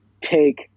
take